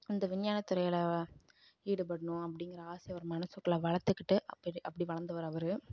அந்த விஞ்ஞானத்துறையில் ஈடுபடணும் அப்படிங்கிற ஆசை அவர் மனதுக்குள்ள வளர்த்துக்கிட்டு அப்படி அப்படி வளர்ந்தவரு அவர்